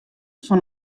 fan